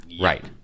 Right